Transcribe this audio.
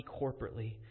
corporately